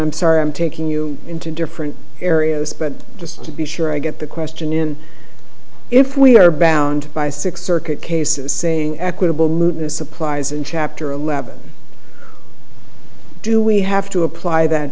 i'm sorry i'm taking you into different areas but just to be sure i get the question in if we are bound by six circuit cases saying equitable move supplies in chapter eleven do we have to apply that